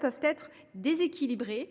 peuvent être déséquilibrées.